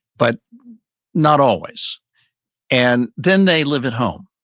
but not always and then they live at home,